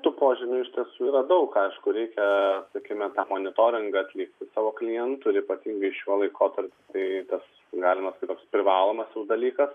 tų požymių iš tiesų yra daug aišku reikia sakykime tą monitoringą atlikti savo klientų ir ypatingai šiuo laikotarpiu tai tas galimas toks privalomasis dalykas